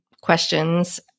questions